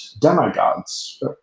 demigods